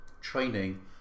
training